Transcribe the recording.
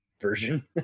version